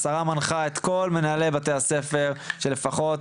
השרה מנחה את כל מנהלי בתי הספר שלפחות,